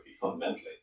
fundamentally